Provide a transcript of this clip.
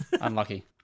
Unlucky